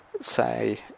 say